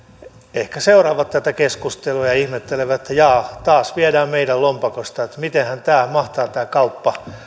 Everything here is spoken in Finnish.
ehkä seuraavat tätä keskustelua ja ihmettelevät että jaa taas viedään meidän lompakosta että mitenhän mahtaa tämä kauppa